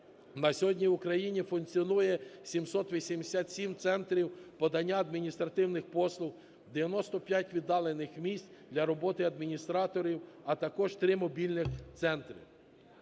На сьогодні у країні функціонує 787 центрів подання адміністративних послуг, 95 віддалених місць для роботи адміністраторів, а також три мобільних центри.